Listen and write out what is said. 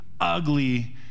ugly